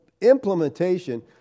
implementation